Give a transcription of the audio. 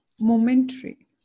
momentary